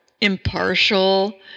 impartial